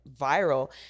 viral